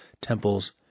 temples